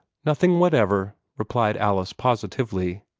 nothing whatever, replied alice, positively.